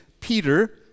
Peter